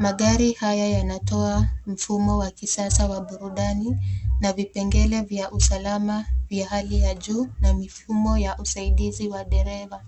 Magari haya yanatoa mufumo wa kisasa wa burudani na vipengele vya usalama vya hali ya juu na mfumo wa usaidizi wa dereva.